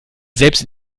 selbst